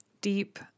Deep